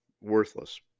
worthless